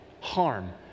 harm